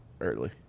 early